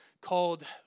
called